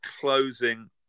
closing